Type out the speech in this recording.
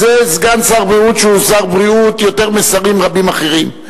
אז זה סגן שר בריאות שהוא שר בריאות יותר משרים רבים אחרים.